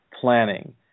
planning